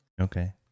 okay